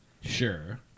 Sure